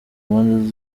mpande